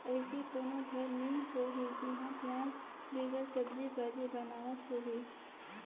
अइसे कोनो घर नी होही जिहां पियाज बिगर सब्जी भाजी बनावत होहीं